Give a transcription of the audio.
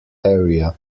area